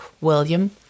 William